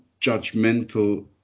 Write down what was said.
Judgmental